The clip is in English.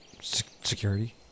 security